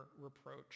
reproach